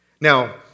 Now